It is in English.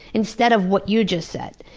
instead of what you just said.